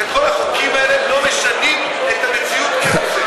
וכל החוקים האלה לא משנים את המציאות כהוא זה.